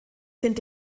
sind